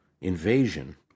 invasion